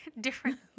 Different